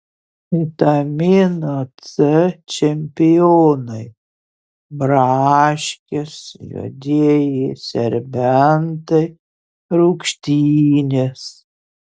vitamino c čempionai braškės juodieji serbentai rūgštynės